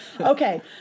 okay